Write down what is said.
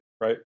right